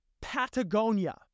Patagonia